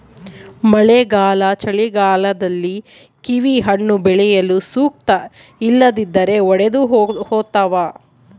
ಮಳೆಗಾಲ ಚಳಿಗಾಲದಲ್ಲಿ ಕಿವಿಹಣ್ಣು ಬೆಳೆಯಲು ಸೂಕ್ತ ಇಲ್ಲದಿದ್ದರೆ ಒಡೆದುಹೋತವ